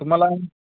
तुम्हाला